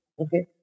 Okay